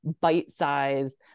bite-sized